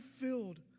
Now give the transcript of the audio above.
filled